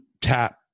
tap